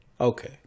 Okay